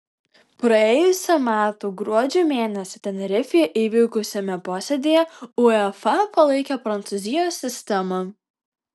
praėjusių metų gruodžio mėnesį tenerifėje įvykusiame posėdyje uefa palaikė prancūzijos sistemą